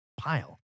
pile